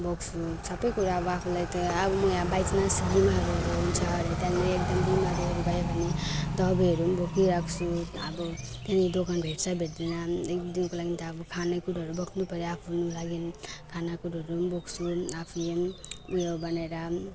सबै कुरा अब आफूलाई त अब म यहाँ बाइ चानस बिमारहरू हुन्छ अरे त्यहाँनिर एकदम बिमारीहरू भयो भने दबाईहरू पनि बोकिराख्छु अब त्यहाँनिर दोकान भेट्छ भेट्दैन एक दुई दिनको लागि त अब खाने कुराहरू बोक्नु पर्यो आफ्नो लागि खाना कुरोहरू पनि बोक्छु आफूले पनि ऊ यो बनाएर